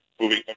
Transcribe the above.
moving